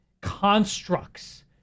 constructs